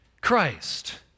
Christ